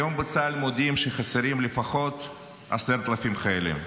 היום בצה"ל מודים שחסרים לפחות 10,000 חיילים.